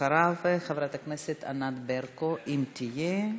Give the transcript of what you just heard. אחריו, חברת הכנסת ענת ברקו, אם תהיה.